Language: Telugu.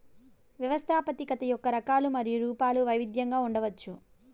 వ్యవస్థాపకత యొక్క రకాలు మరియు రూపాలు వైవిధ్యంగా ఉండవచ్చు